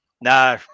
No